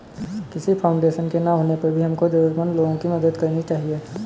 किसी फाउंडेशन के ना होने पर भी हमको जरूरतमंद लोगो की मदद करनी चाहिए